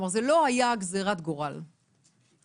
כלומר, זו לא הייתה גזירת גורל אלא